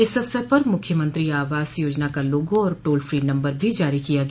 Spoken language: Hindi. इस अवसर पर मुख्यमंत्री आवास योजना का लोगो और टोल फी नम्बर भी जारी किया गया